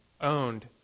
owned